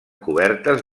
cobertes